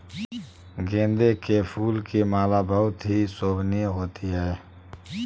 गेंदे के फूल की माला बहुत ही शोभनीय होती है